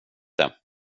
det